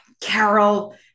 Carol